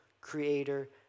creator